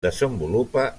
desenvolupa